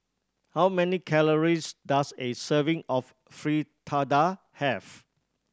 how many calories does a serving of Fritada have